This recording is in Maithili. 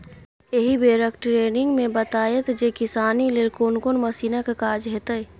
एहि बेरक टिरेनिंग मे बताएत जे किसानी लेल कोन कोन मशीनक काज हेतै